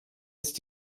ist